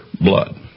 blood